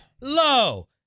low